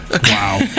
Wow